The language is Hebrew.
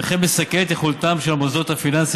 וכן מסכלת את יכולתם של המוסדות הפיננסיים